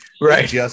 right